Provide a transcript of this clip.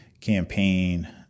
campaign